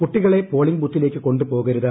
കുട്ടികളെ പോളിംഗ് ബൂത്തിലേക്ക് കൊണ്ടു പോകരുത്